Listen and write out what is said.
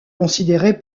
considéré